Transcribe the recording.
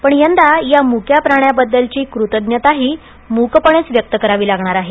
पण यंदा या मुक्या प्राण्याबद्दलची कृतज्ञताही मूकपणेच व्यक्त करावी लागणार आहे